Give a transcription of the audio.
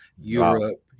Europe